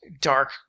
dark